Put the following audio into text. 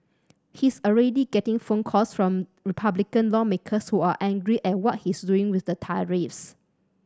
he's already getting phone calls from Republican lawmakers who are angry at what he's doing with the tariffs